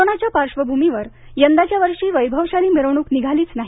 कोरोनाच्या पार्श्वभूमीवर यंदाच्या वर्षी वैभवशाली मिरवणूक निघालीच नाही